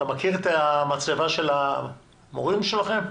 אתה מכיר את מצבת המורים שלכם?